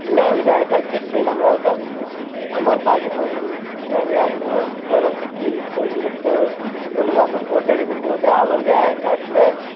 எல்லா வித கல்ச்சர்ஸ்ஸையும் நம்மளால பார்க்க முடியும் அது மாதிரி பார்க்கும் போது ஜாலியாக இருக்கும் போகிற பொண்ணு பொண்ணு மாப்பிள ஃபோட்டோ எடுக்கும் போது அவங்க காட்டுற